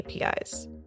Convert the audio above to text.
APIs